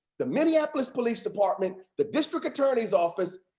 the minneapolis police department, the district attorney's office,